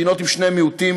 מדינות עם שני מיעוטים.